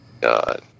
God